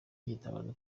yitabaza